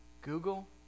Google